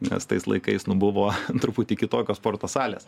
nes tais laikais nu buvo truputį kitokios sporto salės